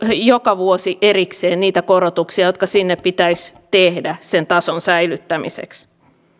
joka vuosi erikseen niitä korotuksia jotka sinne pitäisi tehdä sen tason säilyttämiseksi